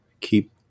keep